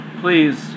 Please